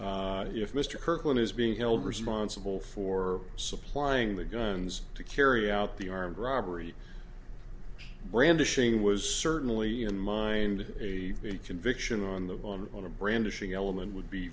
if mr kirkland is being held responsible for supplying the guns to carry out the armed robbery brandishing was certainly in mind a conviction on the on on a brandishing element would be